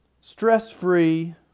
Stress-free